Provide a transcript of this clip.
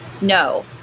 no